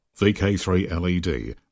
VK3LED